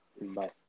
bye